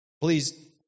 Please